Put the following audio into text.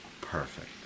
Perfect